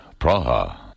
Praha